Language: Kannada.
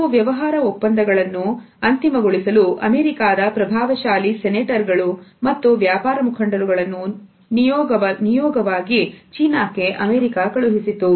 ಕೆಲವು ವ್ಯವಹಾರ ಒಪ್ಪಂದಗಳನ್ನು ಅಂತಿಮಗೊಳಿಸಲು ಅಮೇರಿಕಾದ ಪ್ರಭಾವಶಾಲಿ ಸೆನೆಟರ್ ಗಳು ಮತ್ತು ವ್ಯಾಪಾರ ಮುಖಂಡರುಗಳನ್ನು ನಿಯೋಗವೊಂದನ್ನು ಚೀನಾಕ್ಕೆ ಅಮೇರಿಕಾ ಕಳುಹಿಸಿತು